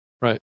Right